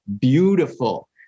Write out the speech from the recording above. beautiful